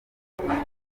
nyogokuru